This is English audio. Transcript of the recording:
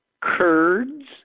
Kurds